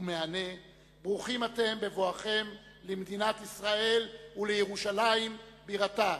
ברוכים אתם בבואכם למדינת ישראל ולירושלים בירתה,